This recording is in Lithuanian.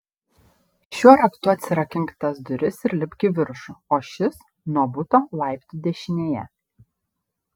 šiuo raktu atsirakink tas duris ir lipk į viršų o šis nuo buto laiptų dešinėje